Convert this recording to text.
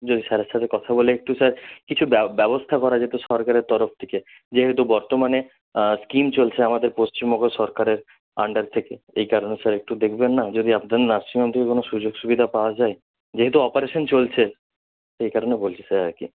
যদি স্যারের সাথে কথা বলে একটু স্যার কিছু ব্যবস্থা করা যেত সরকারের তরফ থেকে যেহেতু বর্তমানে স্কিম চলছে আমাদের পশ্চিমবঙ্গ সরকারের আন্ডার থেকে এই কারণে স্যার একটু দেখবেন না যদি আপনাদের নার্সিং হোম থেকে কোনো সুযোগ সুবিধা পাওয়া যায় যেহেতু অপারেশান চলছে সেই কারণে বলছি স্যার আর কি